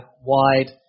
wide